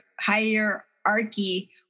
hierarchy